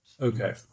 okay